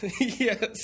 Yes